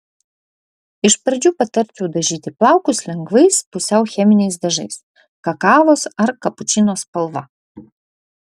iš pradžių patarčiau dažyti plaukus lengvais pusiau cheminiais dažais kakavos ar kapučino spalva